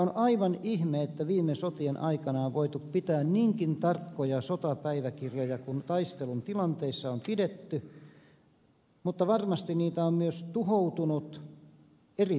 on aivan ihme että viime sotien aikana on voitu pitää niinkin tarkkoja sotapäiväkirjoja kuin taistelun tilanteissa on pidetty mutta varmasti niitä on myös tuhoutunut eri syistä